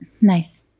Nice